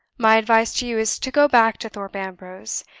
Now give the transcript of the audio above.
my advice to you is to go back to thorpe ambrose,